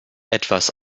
etwas